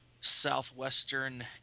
Southwestern